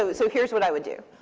so so here's what i would do.